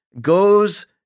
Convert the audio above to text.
goes